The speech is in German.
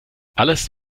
alles